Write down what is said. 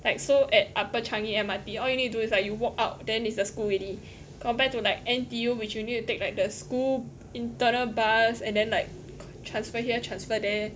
like so at upper changi M_R_T all you need to do is like you walk out then is the school already compared to like N_T_U which you need to take like the school internal bus and then like transfer here transfer there